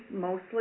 mostly